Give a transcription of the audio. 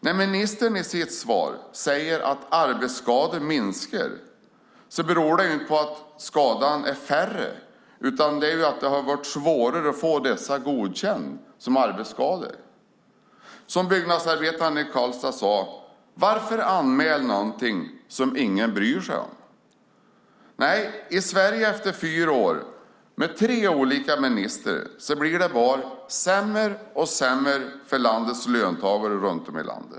I sitt svar säger ministern att antalet arbetsskador minskar. Det beror inte på att de har blir färre, utan det beror på att det har varit svårare att dem godkända som arbetsskador. Som byggnadsarbetaren i Karlstad sade: Varför anmäla någonting som ingen bryr sig om? Efter fyra år med tre olika ministrar i Sverige blir det bara sämre och sämre för landets löntagare.